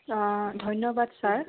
অঁ ধন্যবাদ ছাৰ